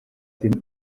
den